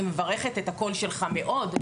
אני מברכת את הקול שלך מאוד.